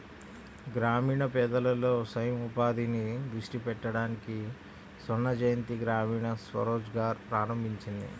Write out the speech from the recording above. గ్రామీణ పేదలలో స్వయం ఉపాధిని దృష్టి పెట్టడానికి స్వర్ణజయంతి గ్రామీణ స్వరోజ్గార్ ప్రారంభించింది